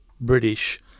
British